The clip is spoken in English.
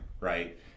right